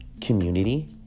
community